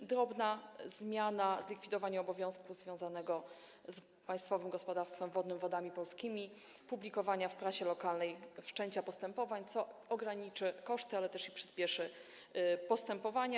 I drobna zmiana: zlikwidowanie obowiązku związanego z Państwowym Gospodarstwem Wodnym Wody Polskie publikowania w prasie lokalnej informacji o wszczęciu postępowań, co ograniczy koszty, ale też przyspieszy postępowania.